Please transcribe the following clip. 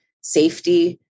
safety